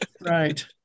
Right